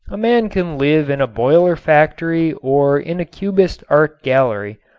a man can live in a boiler factory or in a cubist art gallery,